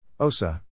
Osa